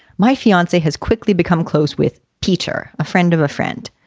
my fiancee has quickly become close with teacher. a friend of a friend.